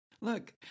Look